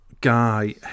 guy